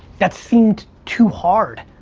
that seemed too hard.